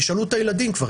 תשאלו את הילדים כבר,